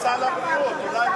אבל זה